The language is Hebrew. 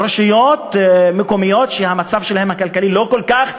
ברשויות מקומיות שהמצב הכלכלי שלהן לא כל כך,